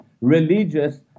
religious